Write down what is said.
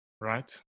right